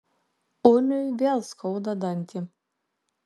uliui vėl skauda dantį